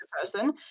person